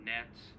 Nets